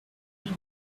mean